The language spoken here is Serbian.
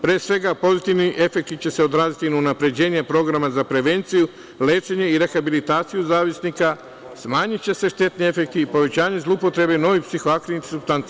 Pozitivni efekti će se pre svega odraziti na unapređenje programa za prevenciju, lečenje i rehabilitaciju zavisnika, smanjiće se štetni efekti i povećanje zloupotrebe novih psihoaktivnih supstanci.